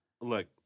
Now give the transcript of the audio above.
Look